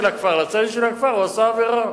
הכפר לצד השני של הכפר הוא עשה עבירה.